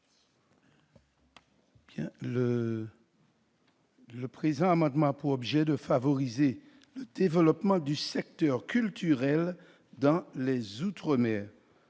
Le présent amendement a pour objet de favoriser le développement du secteur culturel dans les outre-mer.